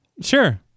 Sure